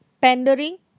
Pandering